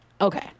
Okay